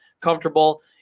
comfortable